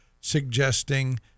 suggesting